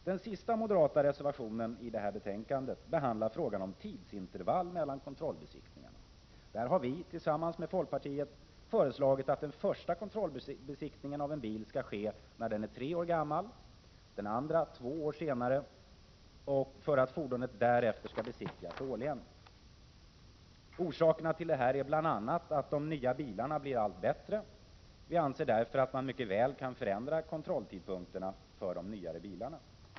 Den sista moderata reservationen i detta betänkande behandlar frågan om tidsintervallet mellan kontrollbesiktningarna. Där har vi, tillsammans med folkpartiet, föreslagit att den första kontrollbesiktningen av en bil skall ske när den är tre år gammal, den andra två år senare, och att fordonet därefter besiktigas årligen. Orsakerna till förslaget är bl.a. att de nya bilarna blir allt bättre. Vi anser därför att man mycket väl kan förändra kontrolltidpunkterna för de nyare bilarna.